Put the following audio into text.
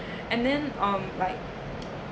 and then um like